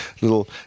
little